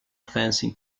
fencing